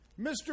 Mr